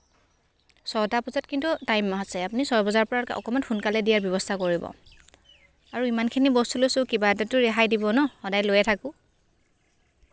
ছটা বজাত কিন্তু টাইম আছে আপুনি ছয় বজাৰ পৰা অকণমান সোনকালে দিয়াৰ ব্যৱস্থা কৰিব আৰু ইমানখিনি বস্তু লৈছোঁ কিবা এটাতো ৰেহাই দিব ন' সদায় লৈয়ে থাকোঁ